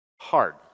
hard